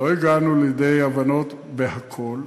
לא הגענו לידי הבנות בכול,